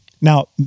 Now